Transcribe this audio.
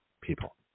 people